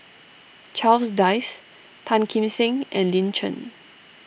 Charles Dyce Tan Kim Seng and Lin Chen